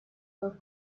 were